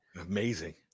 Amazing